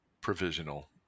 provisional